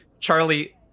Charlie